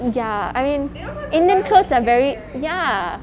ya I mean indian clothes are very ya